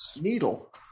needle